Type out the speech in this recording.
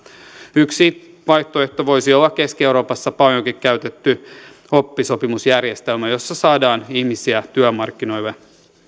yksi vaihtoehto voisi olla keski euroopassa paljonkin käytetty oppisopimusjärjestelmä jossa saadaan ihmisiä työmarkkinoille